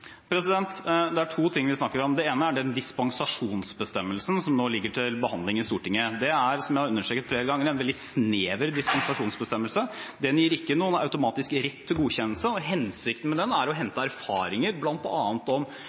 Det er to ting vi snakker om. Det ene er den dispensasjonsbestemmelsen som nå ligger til behandling i Stortinget. Det er, som jeg har understreket flere ganger, en veldig snever dispensasjonsbestemmelse. Den gir ikke noen automatisk rett til godkjennelse, og hensikten med den er å hente erfaringer bl.a. om